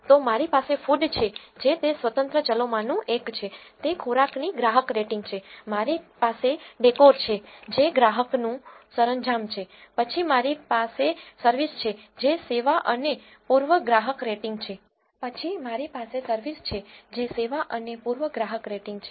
તો મારી પાસે food છે જે તે સ્વતંત્ર ચલોમાંનું એક છે તે ખોરાકની ગ્રાહક રેટિંગ છે મારી પાસે decor છે જે ગ્રાહકનું સરંજામ છે પછી મારી પાસે service છે જે સેવા અને પૂર્વની ગ્રાહક રેટિંગ છે